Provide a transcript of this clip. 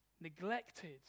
neglected